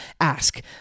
ask